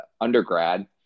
undergrad